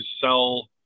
sell